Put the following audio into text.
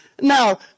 Now